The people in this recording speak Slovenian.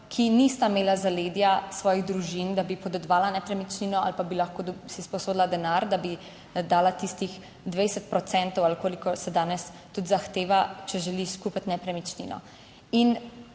ki nista imela zaledja svojih družin, da bi podedovala nepremičnino ali pa bi lahko si sposodila denar, da bi dala tistih 20 procentov ali kolikor se danes tudi zahteva, če želiš kupiti nepremičnino.